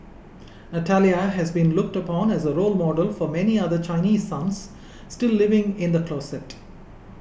Natalia has been looked upon as a role model for many other Chinese sons still living in the closet